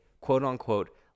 quote-unquote